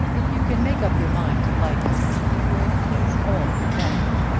if you can make up your mind to like him you will please all your family.